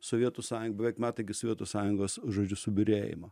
sovietų sąjung beveik metai iki sovietų sąjungos žodžiu subyrėjimo